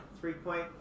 three-point